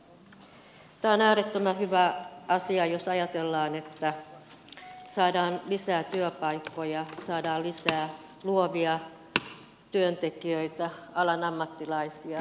tämä on äärettömän hyvä asia jos ajatellaan että saadaan lisää työpaikkoja saadaan lisää luovia työntekijöitä alan ammattilaisia